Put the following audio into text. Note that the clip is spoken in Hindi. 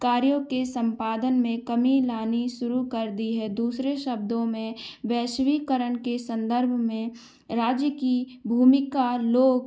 कार्यो के संपादन में कमी लानी शुरू कर दी है दूसरे शव्दों में वैश्विकरण के संदर्भ में राज्य की भूमिका लोक